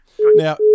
Now